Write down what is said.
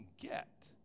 get